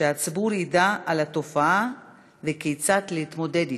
שהציבור ידע על התופעה וכיצד להתמודד אתה.